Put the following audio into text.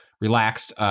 relaxed